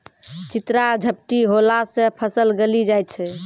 चित्रा झपटी होला से फसल गली जाय छै?